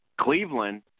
Cleveland